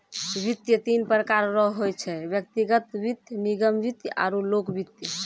वित्त तीन प्रकार रो होय छै व्यक्तिगत वित्त निगम वित्त आरु लोक वित्त